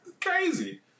crazy